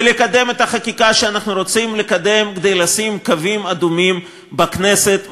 ולקדם את החקיקה שאנחנו רוצים לקדם כדי לשים קווים אדומים בכנסת,